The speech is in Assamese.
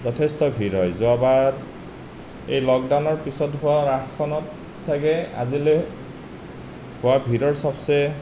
যথেষ্ট ভিৰ হয় যোৱাবাৰ এই লকদাউনৰ পিছত হোৱা ৰাসখনত ছাগৈ আজিলৈ হোৱা ভিৰৰ সবচে